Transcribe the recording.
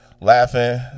laughing